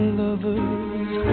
lovers